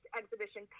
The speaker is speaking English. exhibition